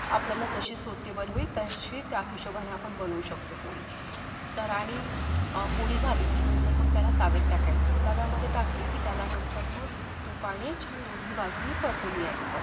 आपल्याला जशी सुटेबल होईल तशी त्या हिशोबाने आपण बनवू शकतो पोळी तर आणि पोळी झाली की नंतर मग त्याला तव्यात टाकायचं तव्यामध्ये टाकली की त्याला नंतर मग तुपाने छान दोन्ही बाजूंनी परतून घ्यायचं